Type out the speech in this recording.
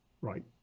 right